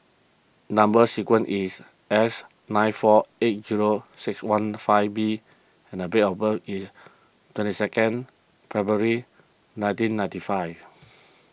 Number Sequence is S nine four eight zero six one five B and date of birth is twenty second February nineteen ninety five